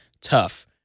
tough